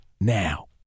now